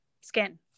skin